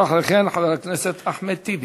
ואחרי כן, חבר הכנסת אחמד טיבי.